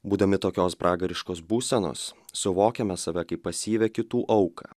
būdami tokios pragariškos būsenos suvokiame save kaip pasyvią kitų auką